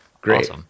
great